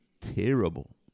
terrible